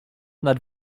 nad